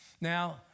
now